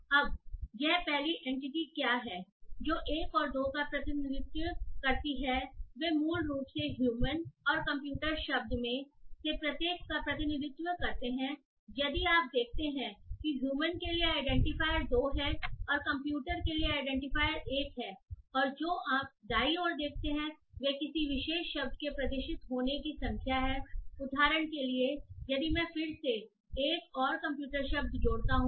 अब यह पहली एनटीटी क्या है जो 1 और 2 का प्रतिनिधित्व करती है वे मूल रूप से ह्यूमन और कंप्यूटर शब्द में से प्रत्येक को रिप्रेजेंट करते हैं यदि आप देखते हैं कि ह्यूमन के लिए आईडेंटिफायर 2 है और कंप्यूटर के लिए आईडेंटिफायर 1 है और जो आप दाईं ओर देखते हैं वह किसी विशेष शब्द के प्रदर्शित होने की संख्या है उदाहरण के लिए यदि मैं फिर से एक और कंप्यूटर शब्द जोड़ता हूं